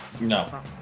No